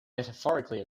metaphorically